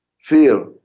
Fear